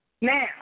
Now